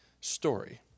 story